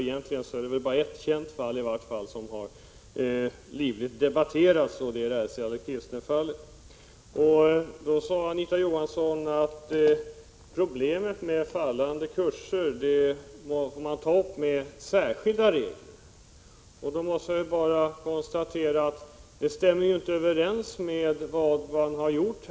Egentligen är det väl bara ett fall som är känt och som livligt har debatterats, och det är Sally Kistner-fallet. Anita Johansson sade att man får lösa problemet med fallande kurser med särskilda regler. Jag konstaterar då bara att detta inte stämmer överens med vad man här har gjort.